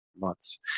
months